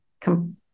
come